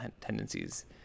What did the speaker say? tendencies